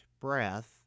breath